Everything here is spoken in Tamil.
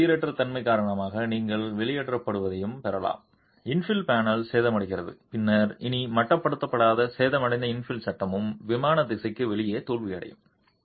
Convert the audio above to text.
குலுக்கலின் சீரற்ற தன்மை காரணமாக நீங்கள் வெளியேற்றப்படுவதையும் பெறலாம் இன்ஃபில் பேனல் சேதமடைகிறது பின்னர் இனி மட்டுப்படுத்தப்படாத சேதமடைந்த இன்ஃபில் சட்டமும் விமான திசைக்கு வெளியே தோல்வியடையும்